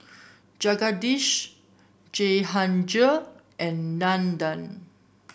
Jagadish Jehangirr and Nandan